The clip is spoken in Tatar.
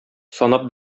санап